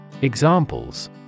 Examples